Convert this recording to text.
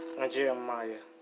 Jeremiah